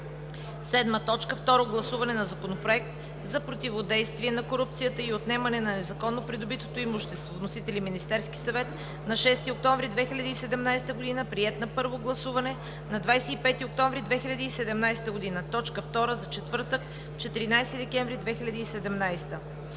Второ гласуване на Законопроекта за противодействие на корупцията и за отнемане на незаконно придобитото имущество. Вносител е Министерският съвет на 6 октомври 2017 г., приет е на първо гласуване на 25 октомври 2017 г. – точка втора за четвъртък, 14 декември 2017 г.